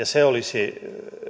se olisi